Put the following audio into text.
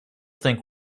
think